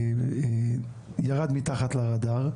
ירד מתחת לרדאר,